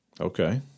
Okay